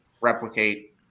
replicate